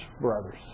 brothers